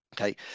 Okay